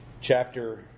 chapter